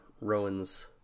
Rowan's